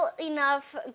enough